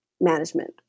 management